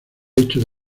hecho